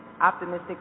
optimistic